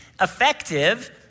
Effective